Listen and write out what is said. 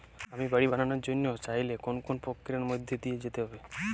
আমি বাড়ি বানানোর ঋণ চাইলে কোন কোন প্রক্রিয়ার মধ্যে দিয়ে যেতে হবে?